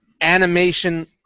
animation